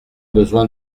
besoin